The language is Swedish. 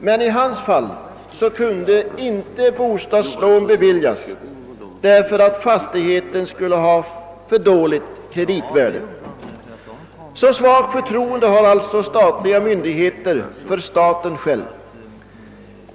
Men i hans fall kunde bostadslån inte beviljas därför att fastigheten skulle få dåligt kreditvärde. Så svagt förtroende har alltså statliga myndigheter för staten själv!